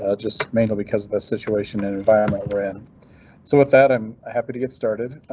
ah just mainly because of this situation and environment wherein so with that i'm happy to get started.